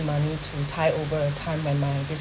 money to tide over the time when my business